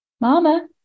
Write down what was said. mama